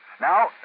Now